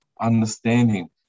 understanding